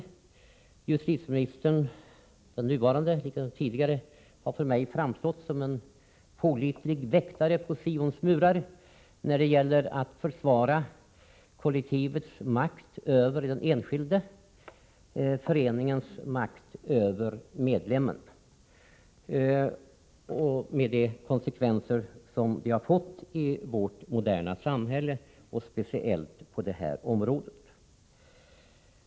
Den nuvarande justitieministern — liksom de tidigare — har för mig framstått som en pålitlig väktare på Sions murar när det gäller att försvara kollektivets makt över den enskilde, föreningens makt över medlemmen — med de konsekvenser detta har fått i vårt moderna samhälle och speciellt på det här området.